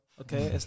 okay